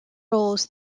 roles